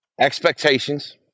Expectations